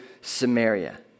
Samaria